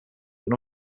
than